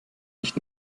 nicht